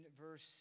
verse